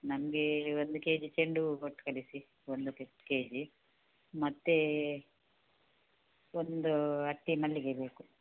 ನಮಗೆ ಒಂದು ಕೇಜಿ ಚೆಂಡು ಹೂವು ಕೊಟ್ಟು ಕಳಿಸಿ ಒಂದು ಕಟ್ ಕೇಜಿ ಮತ್ತು ಒಂದು ಅಟ್ಟಿ ಮಲ್ಲಿಗೆ ಬೇಕು